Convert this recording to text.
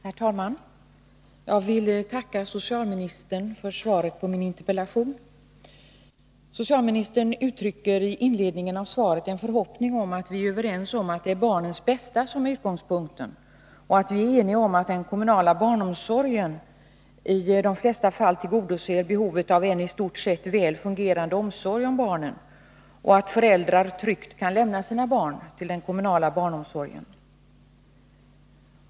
Herr talman! Jag vill tacka socialministern för svaret på min interpellation. Socialministern uttrycker i inledningen av svaret en förhoppning om att vi är överens om att det är barnens bästa som är utgångspunkten och att vi är eniga om att den kommunala barnomsorgen i de flesta fall tillgodoser behovet av en i stort sett väl fungerande omsorg om barnen och att föräldrarna tryggt kan lämna sina barn till den kommunala barnomsorgen.